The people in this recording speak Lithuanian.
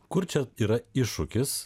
kur čia yra iššūkis